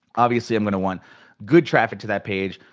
obviously i'm gonna want good traffic to that page,